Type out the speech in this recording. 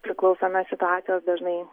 priklauso nuo situacijos dažnai